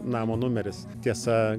namo numeris tiesa